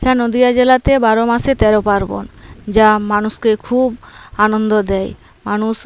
হ্যাঁ নদীয়া জেলাতে বারো মাসে তেরো পার্বণ যা মানুষকে খুব আনন্দ দেয় মানুষ